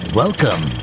welcome